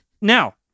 Now